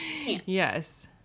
Yes